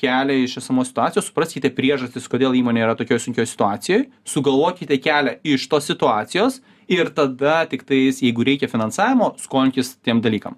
kelią iš esamos situacijos supraskite priežastis kodėl įmonė yra tokioj sunkioj situacijoj sugalvokite kelią iš tos situacijos ir tada tiktai jis jeigu reikia finansavimo skolinkis tiem dalykam